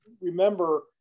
remember